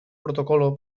protocolo